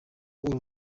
uru